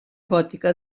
gòtica